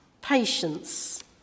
Patience